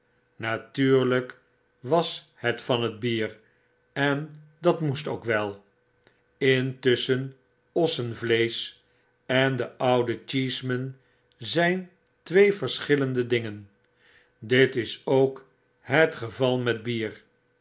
was het van het bier en dat moest ook well intusschen ossenvleesch en deoude cheeseman zyn twee verschillende dingen ditisook het geval met bier